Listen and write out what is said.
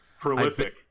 Prolific